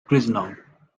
prisoner